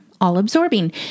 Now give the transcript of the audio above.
all-absorbing